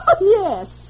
Yes